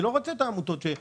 אני לא רוצה עמותות שסורחות.